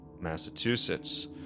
Massachusetts